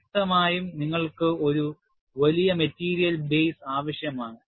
വ്യക്തമായും നിങ്ങൾക്ക് ഒരു വലിയ മെറ്റീരിയൽ ബേസ് ആവശ്യമാണ്